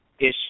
issue